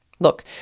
Look